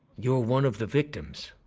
you're one of the victims.